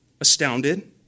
astounded